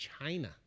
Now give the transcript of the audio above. China